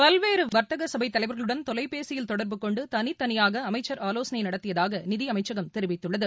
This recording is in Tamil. பல்வேறு வா்த்தக ச்பை தலைவா்களுடன் தொலைபேசியில் தொடா்பு கொண்டு தனித்தனியாக அமைச்சர் ஆலோசனை நடத்தியதாக நிதி அமைச்சகம் தெரிவித்துள்ளது